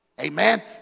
Amen